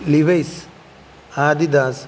Levi's Adidas